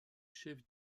chef